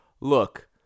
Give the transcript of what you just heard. Look